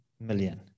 million